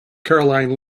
caroline